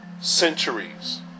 centuries